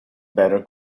better